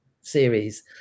series